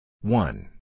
One